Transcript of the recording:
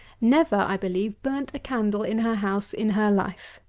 never, i believe, burnt a candle in her house in her life.